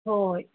ꯍꯣꯏ